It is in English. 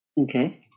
okay